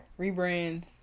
Rebrands